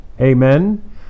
Amen